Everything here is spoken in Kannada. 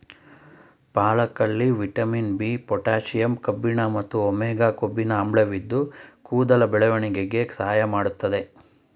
ಪಾಲಕಲ್ಲಿ ವಿಟಮಿನ್ ಬಿ, ಪೊಟ್ಯಾಷಿಯಂ ಕಬ್ಬಿಣ ಮತ್ತು ಒಮೆಗಾ ಕೊಬ್ಬಿನ ಆಮ್ಲವಿದ್ದು ಕೂದಲ ಬೆಳವಣಿಗೆಗೆ ಸಹಾಯ ಮಾಡ್ತದೆ